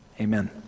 amen